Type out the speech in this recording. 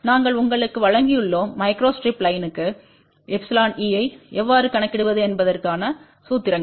நாங்கள் உங்களுக்கு வழங்கியுள்ளோம் மைக்ரோஸ்ட்ரிப் லைன்க்கு ϵeஐஎவ்வாறு கணக்கிடுவது என்பதற்கான சூத்திரங்கள்